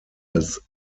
als